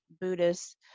Buddhist